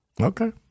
Okay